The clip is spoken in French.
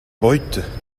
brutes